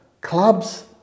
Clubs